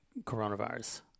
coronavirus